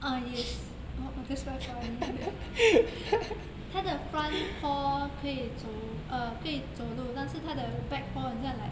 ah yes oh oh that's quite funny 他的 front paw 可以走 uh 可以走路但是他的 back paw 很像 like